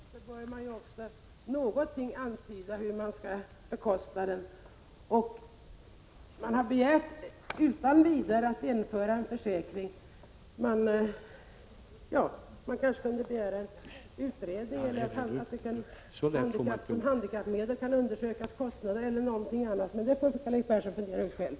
Herr talman! Föreslår man en så stor reform, bör man ju också något antyda hur man skall finansiera den. Ni har begärt att vi utan vidare utredning skall införa en försäkring. Ni kanske kunde begära en utredning eller att kostnaderna för att införa glasögon som handikapphjälpmedel skall undersökas, eller någonting annat. Men det får Karl-Erik Persson fundera ut själv.